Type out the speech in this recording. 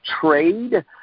trade